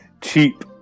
cheap